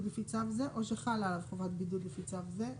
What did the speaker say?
לפי צו זה או שחלה עליו חובת בידוד לפי צו זה".